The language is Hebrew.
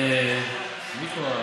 מאיר,